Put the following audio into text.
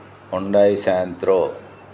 Hyundai Santro